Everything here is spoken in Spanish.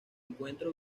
encuentra